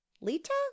Lita